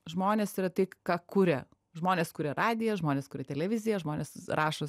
žmonės yra tai ką kuria žmonės kuria radiją žmonės kuria televiziją žmonės rašo